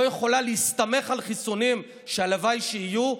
לא יכולה להסתמך על חיסונים שהלוואי שיהיו.